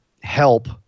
help